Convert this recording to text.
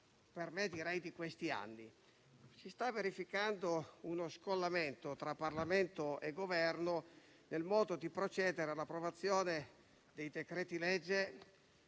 direi anche di questi anni). Si sta verificando uno scollamento tra Parlamento e Governo nel modo di procedere all'approvazione dei decreti-legge,